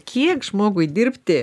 kiek žmogui dirbti